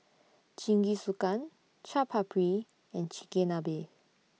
Jingisukan Chaat Papri and Chigenabe